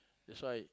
that's why